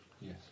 Yes